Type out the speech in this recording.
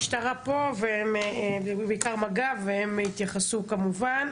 המשטרה פה, ובעיקר מג"ב, והם יתייחסו כמובן.